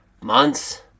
months